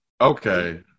Okay